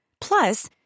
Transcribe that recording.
Plus